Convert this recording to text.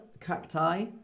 cacti